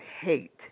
hate